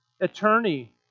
attorney